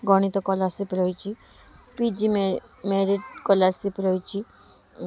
ଗଣିତ ସ୍କଲାରସିପ ରହିଛି P G ମେ ମେରିଟ ସ୍କଲାରସିପ ରହିଛି